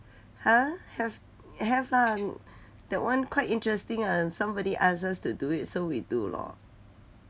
!huh! have have lah that one quite interesting and somebody ask us to do it so we do lor